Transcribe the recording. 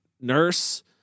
nurse